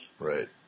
Right